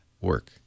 work